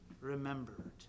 remembered